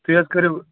تُہۍ حظ کٔرِو